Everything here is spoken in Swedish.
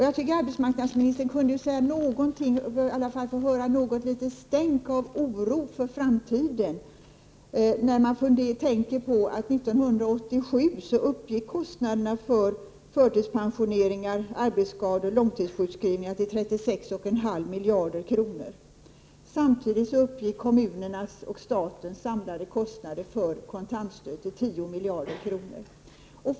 Jag tycker att arbetsmarknadsministern kunde visa något litet stänk av oro för framtiden. År 1987 uppgick kostnaderna för förtidspensioneringar, arbetsskador och långtidssjukskrivningar till 36,5 miljarder kronor. Samtidigt uppgick kommunernas och statens samlade kostnader för kontantstöd till 10 miljarder kronor.